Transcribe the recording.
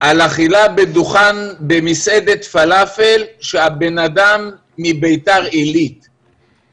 על אכילה במסעדת פלאפל שמנוהלת על ידי בן אדם מביתר עילית שנמצאת חיובי.